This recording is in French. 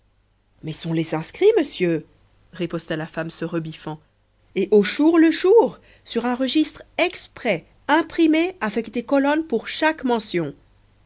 mais on les inscrit monsieur riposta la femme se rebiffant et au jour le jour sur un registre exprès imprimé avec des colonnes pour chaque mention